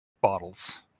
bottles